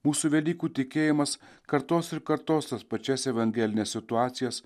mūsų velykų tikėjimas kartos ir kartos tas pačias evangelines situacijas